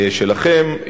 שלכם,